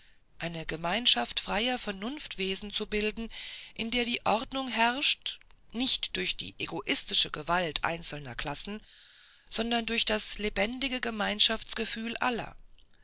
eine gemeinschaft freier vernunftwesen zu bilden in der die ordnung herrscht nicht durch die egoistische gewalt einzelner klassen sondern durch das lebendige gemeinschaftsgefühl aller